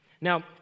Now